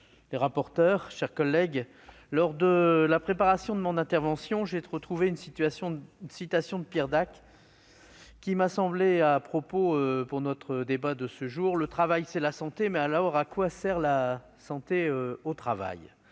les rapporteurs, mes chers collègues, lors de la préparation de mon intervention, j'ai retrouvé une citation de Pierre Dac qui m'a semblé fort à propos pour notre débat de ce jour :« Le travail, c'est la santé ... mais à quoi sert alors la médecine du travail ?»